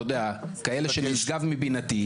כאלה שנשגב מבינתי,